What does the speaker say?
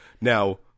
Now